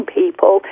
people